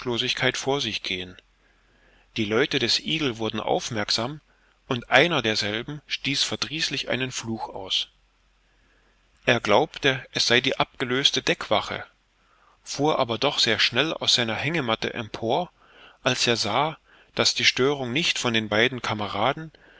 vor sich gehen die leute des eagle wurden aufmerksam und einer derselben stieß verdrießlich einen fluch aus er glaubte es sei die abgelöste deckwache fuhr aber doch sehr schnell aus seiner hängematte empor als er sah daß die störung nicht von den beiden kameraden